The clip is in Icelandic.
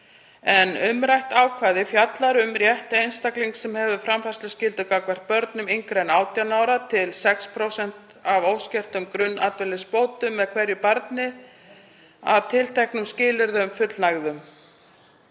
Umrætt ákvæði fjallar um rétt einstaklings, sem hefur framfærsluskyldu gagnvart börnum yngri en 18 ára, til 6% af óskertum grunnatvinnuleysisbótum með hverju barni að tilteknum skilyrðum fullnægðum.